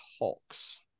Hawks